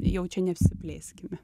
jau čia nesiplėskime